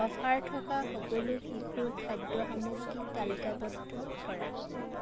offer থকা সকলো শিশুৰ খাদ্য সামগ্ৰী তালিকাবদ্ধ কৰা